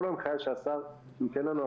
כל הנחיה שהשר ייתן לנו,